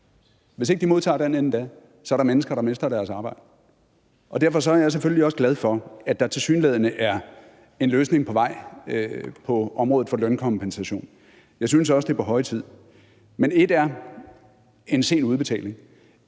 vi har aftalt herinde, inden da, er der mennesker, der mister deres arbejde. Derfor er jeg selvfølgelig også glad for, at der tilsyneladende er en løsning på vej på området for lønkompensation, men jeg synes også, det er på høje tid. Men et er en sen udbetaling,